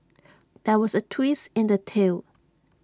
there was A twist in the tale